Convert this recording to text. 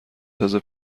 تازه